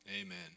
Amen